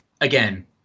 Again